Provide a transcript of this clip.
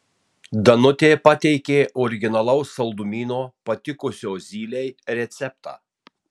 danutė pateikė originalaus saldumyno patikusio zylei receptą